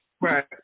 Right